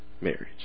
marriage